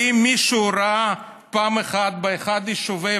האם מישהו ראה פעם אחת באחד מיישובי